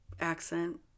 Accent